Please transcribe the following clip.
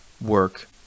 work